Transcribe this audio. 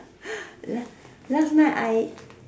last last night I